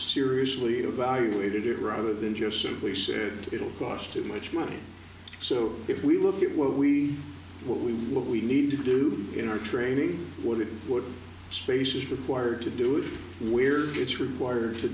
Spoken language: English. seriously evaluated it rather than just simply said it will cost too much money so if we look at what we what we what we need to do in our training what it is what space is required to do it and where it's required to